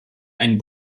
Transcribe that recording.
einen